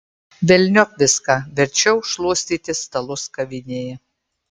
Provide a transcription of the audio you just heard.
velniop viską verčiau šluostyti stalus kavinėje